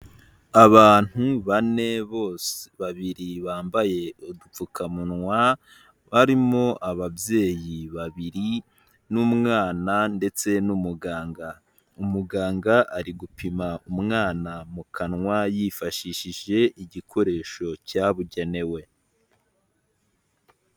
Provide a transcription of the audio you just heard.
Abantu bane bose babiri bambaye udupfukamunwa, barimo ababyeyi babiri n'umwana ndetse n'umuganga, umuganga ari gupima umwana mu kanwa yifashishije igikoresho cyabugenewe.